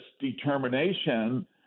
determination